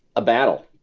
a battle.